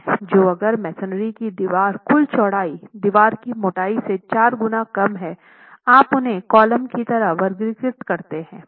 तो अगर मेसनरी की दीवार कुल चौड़ाई दीवार की मोटाई से 4 गुना कम है आप उन्हें कॉलम की तरह वर्गीकृत करते हैं